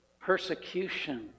persecution